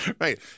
right